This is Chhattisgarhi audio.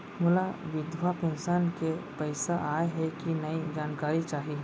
मोला विधवा पेंशन के पइसा आय हे कि नई जानकारी चाही?